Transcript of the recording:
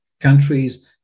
countries